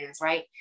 right